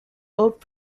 old